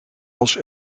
als